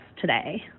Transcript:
today